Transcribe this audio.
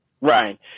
Right